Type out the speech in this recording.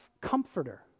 comforter